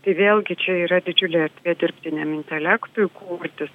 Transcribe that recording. tai vėlgi čia yra didžiulė erdvė dirbtiniam intelektui kurtis